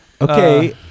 Okay